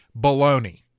baloney